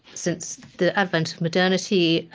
since the advent of modernity,